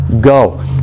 Go